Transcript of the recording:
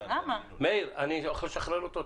אני יכול לשחרר אותו?